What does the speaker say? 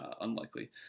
unlikely